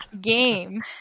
game